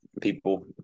people